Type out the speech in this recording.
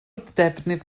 defnydd